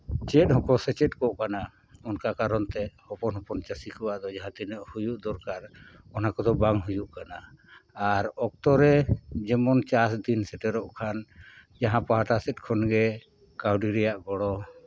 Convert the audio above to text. ᱪᱮᱫ ᱦᱚᱸᱠᱚ ᱥᱮᱪᱮᱫ ᱠᱚᱜ ᱠᱟᱱᱟ ᱚᱱᱠᱟ ᱠᱟᱨᱚᱱ ᱛᱮ ᱦᱚᱯᱚᱱ ᱦᱚᱯᱚᱱ ᱪᱟᱹᱥᱤ ᱠᱚᱣᱟᱜ ᱫᱚ ᱡᱟᱦᱟᱸ ᱛᱤᱱᱟᱹᱜ ᱦᱩᱭᱩᱜ ᱫᱚᱨᱠᱟᱨ ᱚᱱᱟ ᱠᱚᱫᱚ ᱵᱟᱝ ᱦᱩᱭᱩᱜ ᱠᱟᱱᱟ ᱟᱨ ᱚᱠᱛᱚ ᱨᱮ ᱡᱮᱢᱚᱱ ᱪᱟᱥ ᱫᱤᱱ ᱥᱮᱴᱮᱨᱚᱜ ᱠᱷᱟᱱ ᱡᱟᱦᱟᱸ ᱯᱟᱦᱴᱟ ᱥᱮᱫ ᱠᱷᱚᱱᱜᱮ ᱠᱟᱹᱣᱰᱤ ᱨᱮᱭᱟᱜ ᱜᱚᱲᱚ